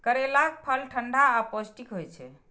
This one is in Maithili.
करैलाक फल ठंढा आ पौष्टिक होइ छै